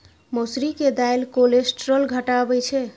मौसरी के दालि कोलेस्ट्रॉल घटाबै छै